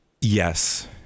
Yes